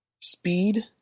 speed